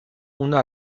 una